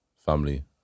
Family